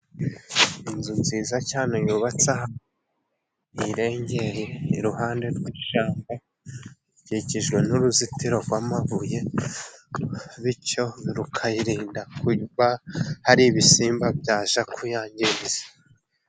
Inzu nziza cyane yubatse ahantu hirengeye iruhande rw'ishyamba, ikikijwe n'uruzitiro rw'amabuye bityo rukayirinda kuba hari ibisimba byajya kuyangiriza.